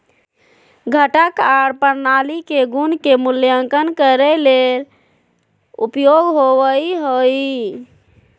घटक आर प्रणाली के गुण के मूल्यांकन करे ले उपयोग होवई हई